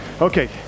Okay